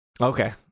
Okay